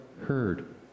heard